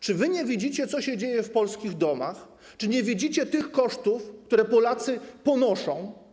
Czy wy nie widzicie, co się dzieje w polskich domach, nie widzicie tych kosztów, które Polacy ponoszą?